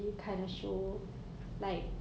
oh oh 我也有看那个